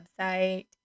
website